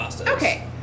Okay